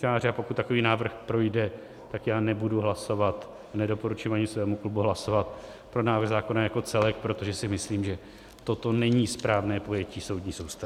A pokud takový návrh projde, tak nebudu hlasovat a nedoporučím ani svému klubu hlasovat pro návrh zákona jako celek, protože si myslím, že toto není správné pojetí soudní soustavy.